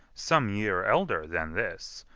some year elder than this,